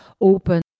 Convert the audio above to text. open